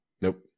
Nope